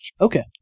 Okay